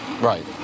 Right